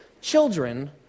children